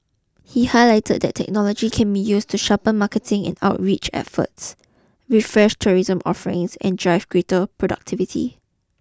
he highlighted that technology can be used to sharpen marketing and outreach efforts refresh tourism offerings and drive greater productivity